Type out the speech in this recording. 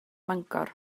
mangor